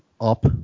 up